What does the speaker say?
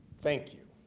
thank you.